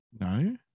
No